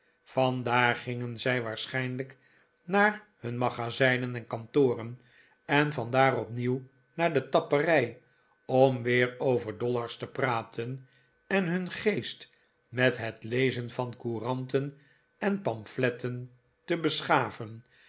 vandaar gingen zij waarschijnlijk naar hun magazijnen en kantoren en vandaar opnieuw naar de tapperij om weer over dollars te praten en hun geest met het lezen van couranten en pamfletten te beschaven